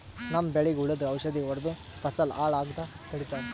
ನಮ್ಮ್ ಬೆಳಿಗ್ ಹುಳುದ್ ಔಷಧ್ ಹೊಡ್ದು ಫಸಲ್ ಹಾಳ್ ಆಗಾದ್ ತಡಿತಾರ್